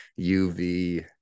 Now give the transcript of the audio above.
UV